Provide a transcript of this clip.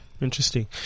Interesting